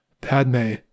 Padme